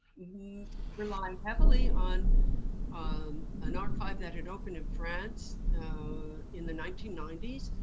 relying heavily on on an archive that had opened in france in the nineteen ninety s.